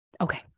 Okay